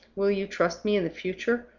will you trust me in the future?